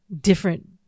different